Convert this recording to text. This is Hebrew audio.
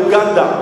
באוגנדה.